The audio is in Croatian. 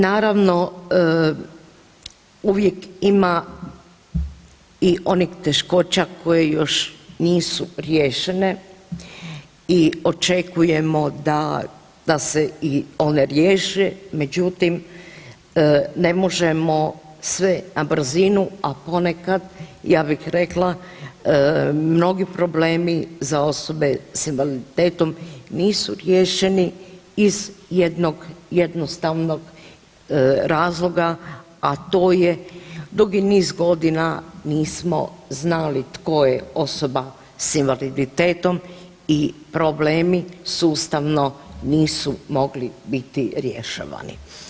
Naravno uvijek ima i onih teškoća koje još nisu riješene i očekujemo da, da se i one riješe međutim ne možemo sve na brzinu, a ponekad ja bih rekla mnogi problemi za osobe s invaliditetom nisu riješeni iz jednog jednostavnog razloga, a to je dugi niz godina nismo znali tko je osoba s invaliditetom i problemi sustavno nisu mogli biti riješeni.